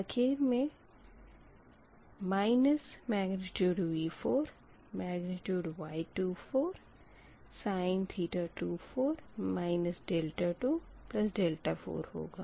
आख़िर मे minus V4 फिर Y24 और फिर sin24 24 होगा